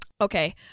Okay